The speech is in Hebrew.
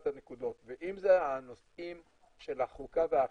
הנקודות ואם זה הנושאים של החוקה באכיפה.